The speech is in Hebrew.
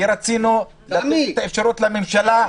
כי רצינו לתת לממשלה אפשרות,